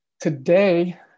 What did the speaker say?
today